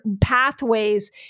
pathways